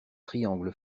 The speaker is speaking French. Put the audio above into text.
triangle